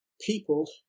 people